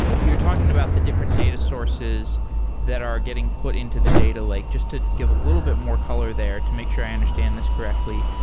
you're talking about the different data sources that are getting put into the data lake. just to give a little bit more color there to make sure i understand this correctly.